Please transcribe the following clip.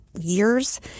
years